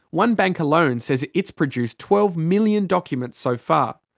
one bank alone says it's produced twelve million documents so far.